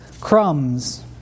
crumbs